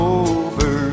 over